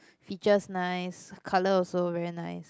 features nice her colour also very nice